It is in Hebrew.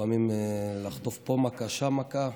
לפעמים לחטוף פה מכה, שם מכה,